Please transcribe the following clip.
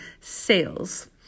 sales